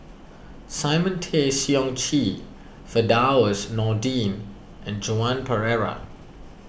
Simon Tay Seong Chee Firdaus Nordin and Joan Pereira